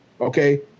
Okay